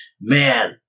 man